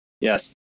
Yes